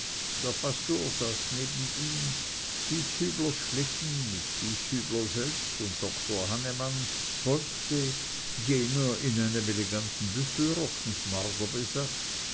der pastor saß neben ihm gieshüblers schlitten mit gieshübler selbst und doktor hannemann folgte jener in einem eleganten büffelrock und